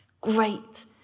Great